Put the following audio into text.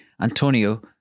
Antonio